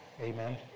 Amen